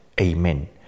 Amen